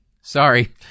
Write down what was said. sorry